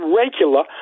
regular